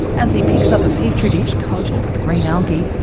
as he picks up a petri dish coated with green algae,